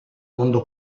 mondo